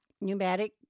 pneumatic